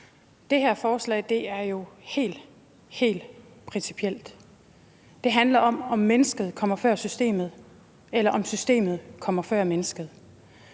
Det her forslag er jo helt, helt principielt. Det handler om, om mennesket kommer før systemet,